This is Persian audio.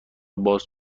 باز